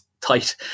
tight